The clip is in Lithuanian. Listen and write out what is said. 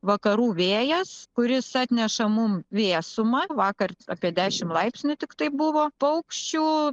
vakarų vėjas kuris atneša mum vėsumą vakar apie dešim laipsnių tiktai buvo paukščių